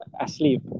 Asleep